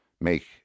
make